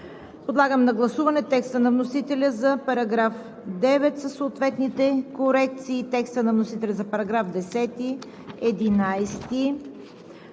Подлагам на гласуване текста на вносителя за § 9 със съответните корекции; текста на вносителя за § 10 и